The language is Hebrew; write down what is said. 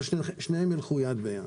אבל שניהם ילכו יד ביד.